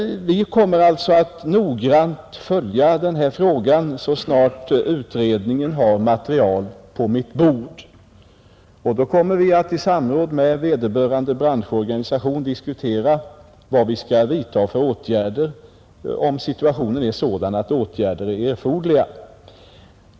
Vi kommer emellertid att noggrant följa den här frågan så snart utredningen har lagt material på mitt bord. Då kommer vi att i samråd med vederbörande branschorganisation diskutera vad vi skall vidta för åtgärder, om situationen är sådan att åtgärder är erforderliga.